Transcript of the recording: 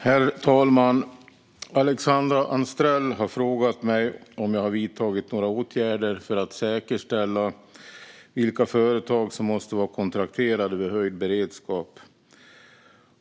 Herr talman! Alexandra Anstrell har frågat mig om jag har vidtagit några åtgärder för att säkerställa vilka företag som måste vara kontrakterade vid höjd beredskap.